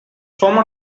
former